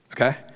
okay